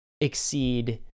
exceed